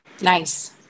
Nice